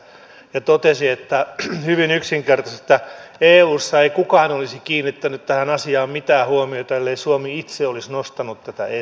hän totesi hyvin yksinkertaisesti että eussa ei kukaan olisi kiinnittänyt tähän asiaan mitään huomiota ellei suomi itse olisi nostanut tätä esille